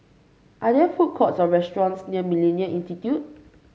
are there food courts or restaurants near MillenniA Institute